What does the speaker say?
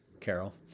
Carol